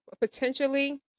potentially